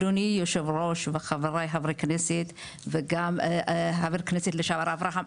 אדוני יושב הראש וחבריי חברי הכנסת וגם חבר הכנסת לשעבר אברהם,